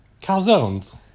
calzones